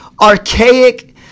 archaic